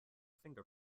finger